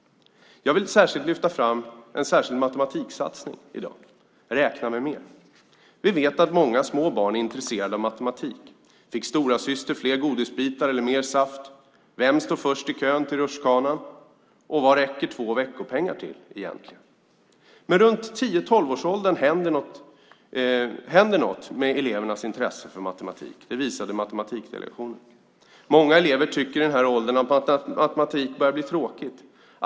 Jag vill här i dag speciellt lyfta fram den särskilda matematiksatsningen Räkna med mer! Vi vet att många små barn är intresserade av matematik. Fick storasyster fler godisbitar eller mer saft? Vem står först i kön till rutschkanan? Vad räcker två veckopengar egentligen till? I tio till tolvårsåldern händer dock något med elevernas intresse för matematik. Det har Matematikdelegationen visat. Många elever i den här åldern tycker att matematik börjar bli tråkigt.